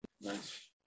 nice